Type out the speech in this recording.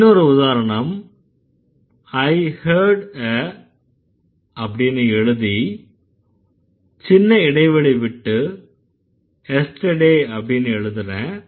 இன்னொரு உதாரணம் I heard a அப்படின்னு எழுதி சின்ன இடைவெளி விட்டு yesterday அப்படின்னு எழுதறேன்